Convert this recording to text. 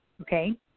okay